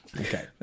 Okay